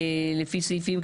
לפי סעיפים,